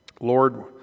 Lord